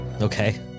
Okay